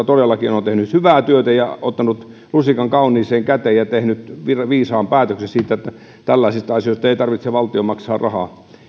todellakin on tehnyt hyvää työtä ja ottanut lusikan kauniiseen käteen ja tehnyt viisaan päätöksen siitä että tällaisista asioista ei tarvitse valtion maksaa rahaa